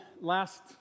last